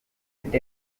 with